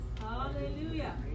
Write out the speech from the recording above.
Hallelujah